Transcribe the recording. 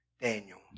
Daniel